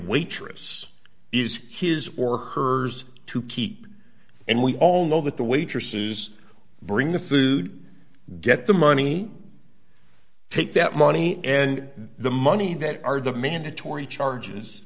waitress is his or hers to keep and we all know that the waitresses bring the food get the money take that money and the money that are the mandatory charges